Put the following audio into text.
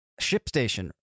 ShipStation